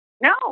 No